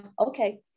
okay